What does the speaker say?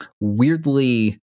weirdly